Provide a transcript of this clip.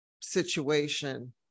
situation